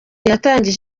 yatangije